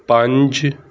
ਪੰਜ